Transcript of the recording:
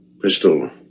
Crystal